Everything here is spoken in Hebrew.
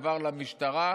עבר למשטרה,